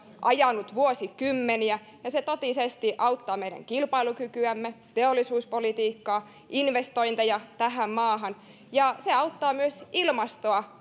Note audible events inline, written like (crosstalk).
ajanut vuosikymmeniä ja se totisesti auttaa meidän kilpailukykyämme teollisuuspolitiikkaa ja investointeja tähän maahan ja se auttaa myös ilmastoa (unintelligible)